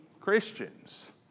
Christians